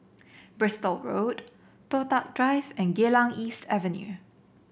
Bristol Road Toh Tuck Drive and Geylang East Avenue